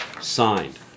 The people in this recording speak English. signed